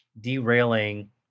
derailing